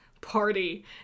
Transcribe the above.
party